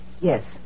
Yes